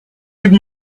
read